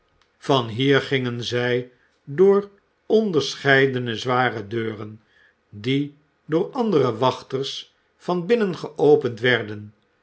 van hier gingen zij dbor onderscheidene zware deuren die door andere wachters van binnen geopend werden